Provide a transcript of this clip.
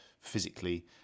physically